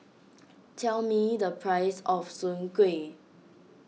tell me the price of Soon Kueh